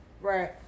Right